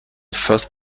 first